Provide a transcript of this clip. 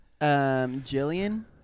Jillian